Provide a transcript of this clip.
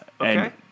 Okay